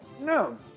No